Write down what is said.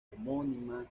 homónima